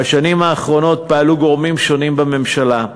בשנים האחרונות פעלו גורמים שונים בממשלה,